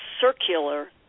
circular